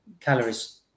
calories